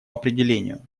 определению